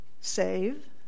save